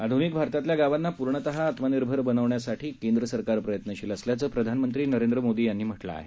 आध्निक भारतातल्या गावांना पूर्णतः आत्मनिर्भर बनवण्यासाठी केंद्र सरकार प्रयत्नशील असल्याचं प्रधानमंत्री नरेंद्र मोदी यांनी म्हटलं आहे